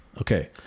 Okay